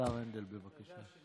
השר הנדל, בבקשה.